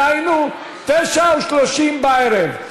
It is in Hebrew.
דהיינו 9:30 בערב.